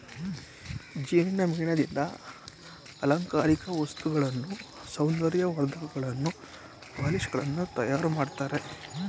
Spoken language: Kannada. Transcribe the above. ಜೇನಿನ ಮೇಣದಿಂದ ಅಲಂಕಾರಿಕ ವಸ್ತುಗಳನ್ನು, ಸೌಂದರ್ಯ ವರ್ಧಕಗಳನ್ನು, ಪಾಲಿಶ್ ಗಳನ್ನು ತಯಾರು ಮಾಡ್ತರೆ